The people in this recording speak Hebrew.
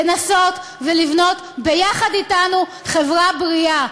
לנסות ולבנות ביחד אתנו חברה בריאה,